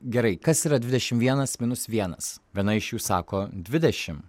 gerai kas yra dvidešim vienas minus vienas viena iš jų sako dvidešim